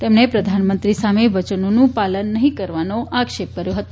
તેમણે પ્રધાનમંત્રી સામે વચનોનું પાલન નહીં કરવાનો આક્ષેપ કર્યો હતો